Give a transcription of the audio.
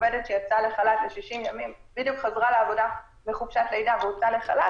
עובדת שבדיוק חזרה לעבודה מחופשת לידה והוצאה לחל"ת,